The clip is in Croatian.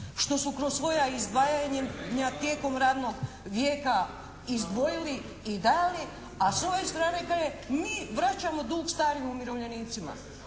što su kroz svoja izdvajanja tijekom radnog vijeka izdvojili i dali, a s ove strane kaže mi vraćamo dug starim umirovljenicima.